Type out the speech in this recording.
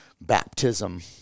baptism